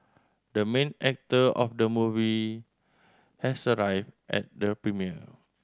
the main actor of the movie has arrived at the premiere